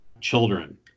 children